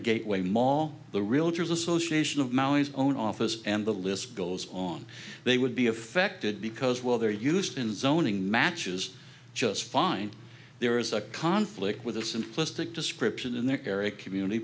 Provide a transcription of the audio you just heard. a gateway maw the realtors association of mali's own office and the list goes on they would be affected because well they're used in zoning matches just fine there is a conflict with this in listing description in the area community